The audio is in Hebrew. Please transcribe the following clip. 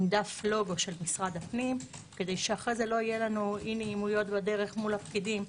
עם דף לוגו של משרד הפנים כדי שלא יהיו לנו אי נעימויות מול הפקידים.